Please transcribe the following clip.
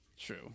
True